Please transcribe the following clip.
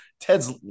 Ted's